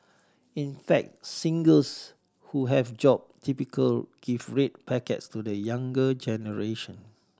in fact singles who have a job typically give red packets to the younger generation